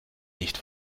nicht